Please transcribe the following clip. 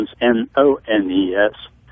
N-O-N-E-S